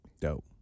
Dope